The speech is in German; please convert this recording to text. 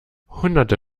hunderte